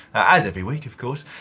as every week of course.